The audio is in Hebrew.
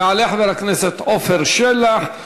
יעלה חבר הכנסת עפר שלח,